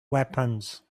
weapons